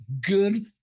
good